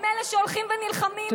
הם אלה שהולכים ונלחמים,